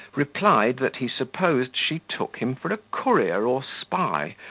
replied, that he supposed she took him for a courier or spy,